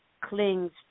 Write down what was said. clings